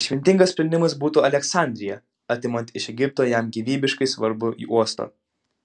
išmintingas sprendimas būtų aleksandrija atimant iš egipto jam gyvybiškai svarbų uostą